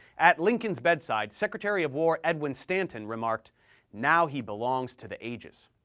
at lincoln's bedside, secretary of war edwin stanton remarked now he belongs to the ages.